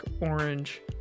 orange